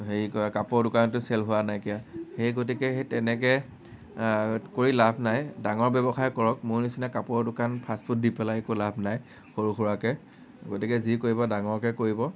হেৰি কৰা কাপোৰৰ দোকানতো চেল হোৱা নাইকিয়া সেই গতিকে সেই তেনেকৈ কৰি লাভ নাই ডাঙৰ ব্যৱসায় কৰক মোৰ নিচিনা কাপোৰৰ দোকান ফাষ্টফুড দি পেলাই একো লাভ নাই সৰু সুৰাকৈ গতিকে যি কৰিব ডাঙৰকৈ কৰিব